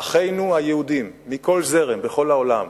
אחינו היהודים, מכל זרם, בכל העולם,